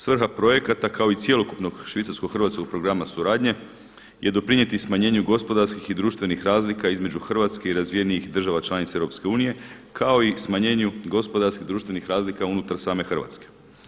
Svrha projekata kao i cjelokupnog švicarsko hrvatskog programa suradnje je doprinijeti smanjenju gospodarskih i društvenih razlika između Hrvatske i razvijenijih država članica EU kao i smanjenju gospodarskih društvenih razlika unutar same Hrvatske.